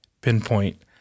pinpoint